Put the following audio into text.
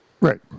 Right